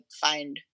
find